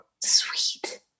Sweet